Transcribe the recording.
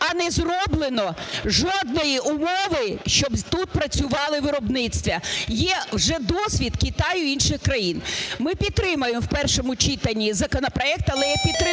а не зроблено жодної умови, щоб тут працювало виробництво. Є вже досвід Китаю і інших країн. Ми підтримаємо в першому читанні законопроект, але я підтримую